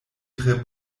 tre